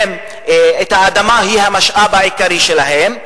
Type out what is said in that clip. שהאדמה היא המשאב העיקרי שלהם.